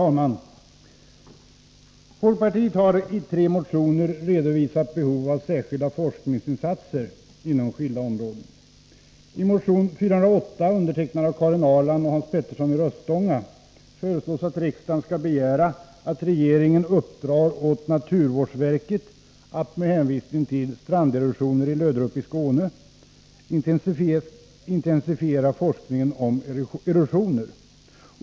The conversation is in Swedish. Herr talman! Folkpartiet har i tre motioner redovisat behovet av särskilda forskningsinsatser inom skilda områden. I motion 408, undertecknad av Karin Ahrland och Hans Petersson i Röstånga, föreslås att riksdagen skall begära att regeringen uppdrar åt naturvårdsverket att med hänvisning till stranderosioner i Löderup i Skåne intensifiera forskningen om erosioner.